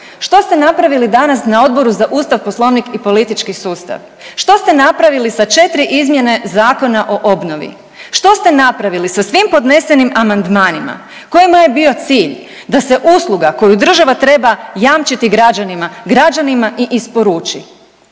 Što ste napravili danas na Odboru za ustav, poslovnik i politički sustav? Što ste napravili sa 4 izmjene Zakona o obnovi? Što ste napravili sa svim podnesenim amandmanima kojima je bio cilj da se usluga koju država treba jamčiti građanima, građanima i isporuči?